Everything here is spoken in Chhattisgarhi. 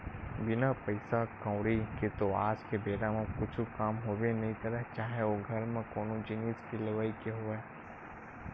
बिन पइसा कउड़ी के तो आज के बेरा म कुछु काम होबे नइ करय चाहे ओ घर म कोनो जिनिस के लेवई के होवय